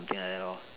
something like that lor